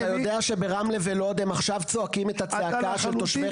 אתה יודע שברמלה ולוד הם עכשיו צועקים את הצעקה של תושבי